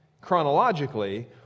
chronologically